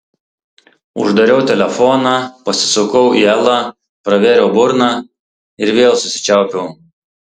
uždariau telefoną pasisukau į elą pravėriau burną ir vėl susičiaupiau